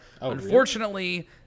unfortunately